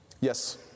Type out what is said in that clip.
Yes